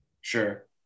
Sure